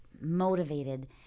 motivated